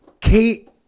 Kate